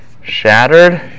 shattered